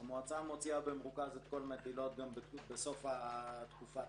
במרוכז את כל המטילות גם בסוף התקופה